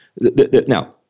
Now